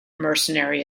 mercenary